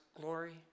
glory